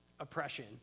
Oppression